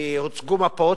והוצגו מפות,